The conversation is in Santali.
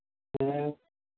ᱦᱮᱸ